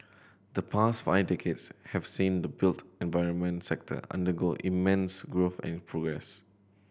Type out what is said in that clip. the past five decades have seen the built environment sector undergo immense growth and progress